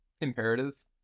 imperative